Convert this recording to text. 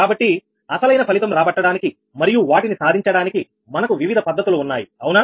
కాబట్టి అసలైన ఫలితం రాబట్టడానికి మరియు వాటిని సాధించడానికి మనకు వివిధ పద్ధతులు ఉన్నాయి అవునా